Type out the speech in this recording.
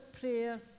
prayer